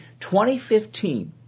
2015